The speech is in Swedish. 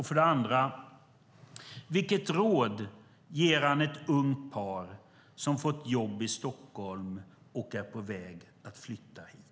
För det andra: Vilket råd ger statsrådet ett ungt par som fått jobb i Stockholm och är på väg att flytta hit?